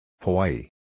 Hawaii